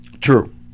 True